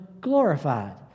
glorified